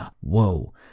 Whoa